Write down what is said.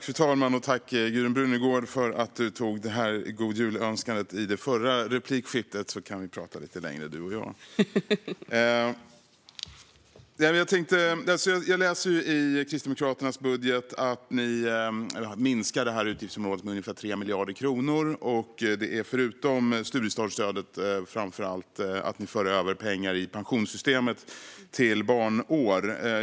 Fru talman! Tack, Gudrun Brunegård, för att du önskade god jul i det förra replikskiftet! Då kan du och jag prata lite längre. Jag läser i Kristdemokraternas budget att ni vill minska detta utgiftsområde med ungefär 3 miljarder kronor. Förutom studiestartsstödet handlar det framför allt om att ni i pensionssystemet för över pengar till barnår.